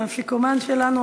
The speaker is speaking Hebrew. האפיקומן שלנו,